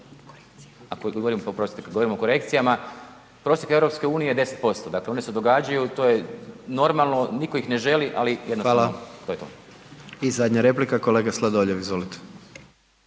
kada govorimo o korekcijama prosjek EU je 10% dakle one se događaju, to je normalno nitko ih ne želi ali jednostavno … …/Upadica predsjednik: Hvala./… To je